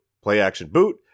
play-action-boot